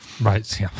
Right